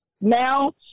now